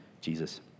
Jesus